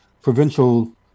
provincial